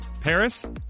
Paris